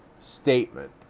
statement